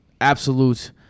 absolute